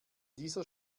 dieser